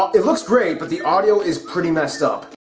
it looks great but the audio is pretty messed up.